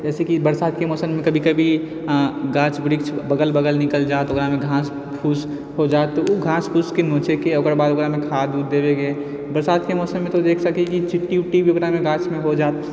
जैसे कि बरसातके मौसममे कभी कभी गाछ वृक्ष बगल बगल निकल जायत तऽ ओकरामे घास फुस हो जात तऽ ओ घास फुसके नोचैके ओकरबाद ओकरामे खाद उद देबेके बरसातके मौसममे तू देख सकै की चिट्टी उट्टि भी ओकरामे गाछमे हो जात